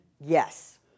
Yes